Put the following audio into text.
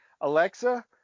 alexa